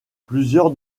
plusieurs